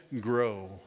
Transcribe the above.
grow